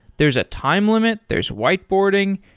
there's a time limit. there's whiteboarding.